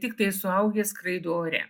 tiktai suaugę skraido ore